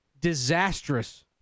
disastrous